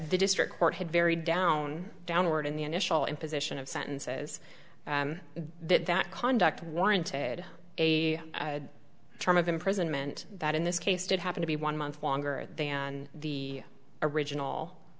the district court had very down downward in the initial imposition of sentences that that conduct warranted a term of imprisonment that in this case did happen to be one month longer than the original